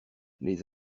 les